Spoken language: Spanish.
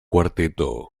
cuarteto